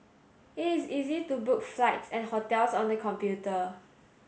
it is easy to book flights and hotels on the computer